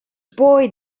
boy